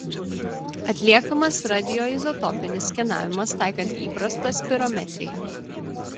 atliekamas radioizotopinis skenavimas taikant įprastą spirometriją